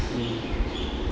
mm mm